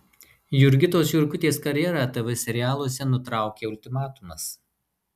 jurgitos jurkutės karjerą tv serialuose nutraukė ultimatumas